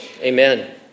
amen